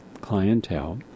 clientele